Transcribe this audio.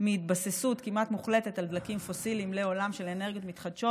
מהתבססות כמעט מוחלטת על דלקים פוסיליים לעולם של אנרגיות מחדשות,